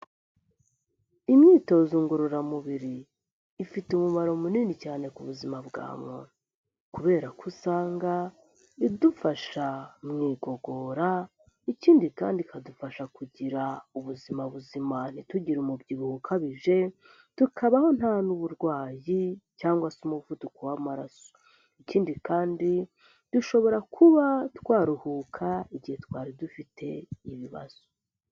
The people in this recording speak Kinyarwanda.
Imyitozo ngororamubiri ifite umumaro munini cyane ku buzima bwa muntu, kubera ko usanga idufasha mu igogora, ikindi kandi ikadufasha kugira ubuzima buzima, ntitugire umubyibuho ukabije, tukabaho nta n'uburwayi cyangwa se umuvuduko w'amaraso, ikindi kandi dushobora kuba twaruhuka igihe twari dufite ibibazo.